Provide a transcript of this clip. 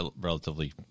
relatively